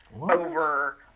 over